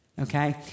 Okay